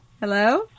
Hello